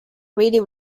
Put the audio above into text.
really